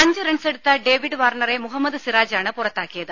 അഞ്ച് റൺസെടുത്ത ഡേവിഡ് വാർണറെ മുഹമ്മദ് സിറാജാണ് പുറത്താക്കിയത്